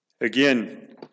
Again